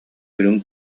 үрүҥ